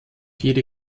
jede